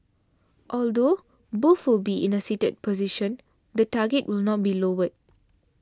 although both will be in a seated position the target will not be lowered